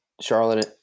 Charlotte